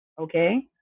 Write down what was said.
okay